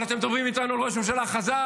אבל אתם מדברים אתנו על ראש ממשלה חזק,